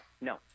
no